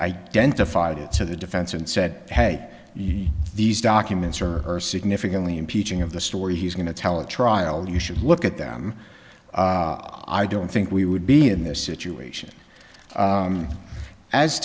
identified it to the defense and said hey these documents are significantly impeaching of the story he's going to tell a trial you should look at them i don't think we would be in this situation